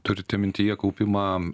turite mintyje kaupimą